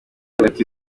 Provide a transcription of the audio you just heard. hagati